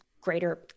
greater